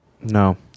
No